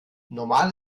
normal